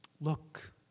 Look